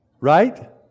Right